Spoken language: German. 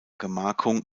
gemarkung